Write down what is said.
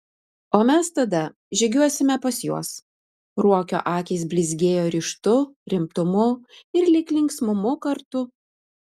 o mes tada žygiuosime pas juos ruokio akys blizgėjo ryžtu rimtumu ir lyg linksmumu kartu